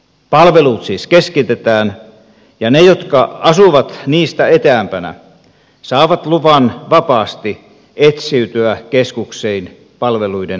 palvelut siis keskitetään ja ne jotka asuvat niistä etäämpänä saavat luvan vapaasti etsiytyä keskuksiin palveluiden ääreen